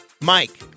Mike